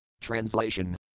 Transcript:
Translation